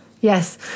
Yes